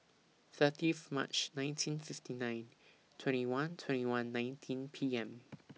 thirtieth March nineteen fifty nine twenty one twenty one nineteen P M